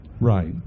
Right